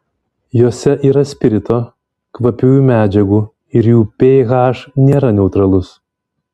jose yra spirito kvapiųjų medžiagų ir jų ph nėra neutralus